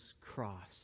cross